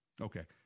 Okay